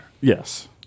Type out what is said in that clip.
Yes